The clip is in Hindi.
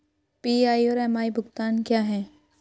पी.आई और एम.आई भुगतान क्या हैं?